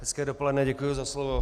Hezké dopoledne, děkuji za slovo.